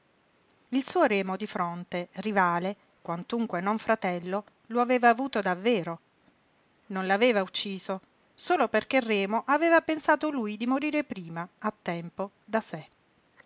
il suo remo di fronte rivale quantunque non fratello lo aveva avuto davvero non l'aveva ucciso solo perché remo aveva pensato lui di morire prima a tempo da sé